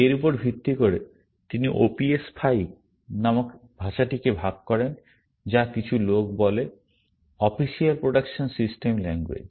এর উপর ভিত্তি করে তিনি OPS5 নামক ভাষাটিকে ভাগ করেন যা কিছু লোক বলে অফিসিয়াল প্রোডাকশন সিস্টেম ল্যাঙ্গুয়েজ